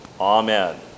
Amen